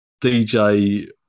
DJ